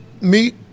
meet